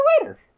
later